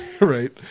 right